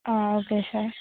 okay sir